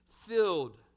filled